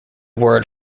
word